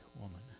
woman